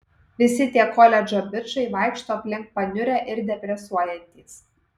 visi tie koledžo bičai vaikšto aplink paniurę ir depresuojantys